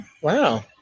Wow